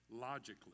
logically